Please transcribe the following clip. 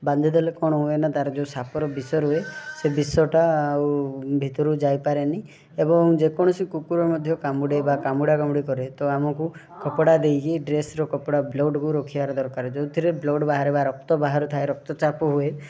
ବାନ୍ଧିଦେଲେ କ'ଣ ହୁଏନା ତାର ଯେଉଁ ସାପ ର ବିଷ ରୁହେ ସେଇ ବିଷଟା ଆଉ ଭିତରକୁ ଯାଇପାରେନି ଏବଂ ଯେକୌଣସି କୁକୁର ମଧ୍ୟ କାମୁଡ଼େ ବା କାମୁଡ଼ା କାମୁଡ଼ି କରେ ତ ଆମକୁ କପଡ଼ା ଦେଇକି ଡ୍ରେସର କପଡ଼ା ବ୍ଲଡ଼କୁ ରୋକିବାର ଦରକାର ଯେଉଁଥିରେ ବ୍ଲଡ଼ ବାହାରେ ବା ରକ୍ତ ବାହାରୁ ଥାଏ ରକ୍ତଚାପ ହୁଏ